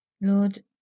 Lord